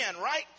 right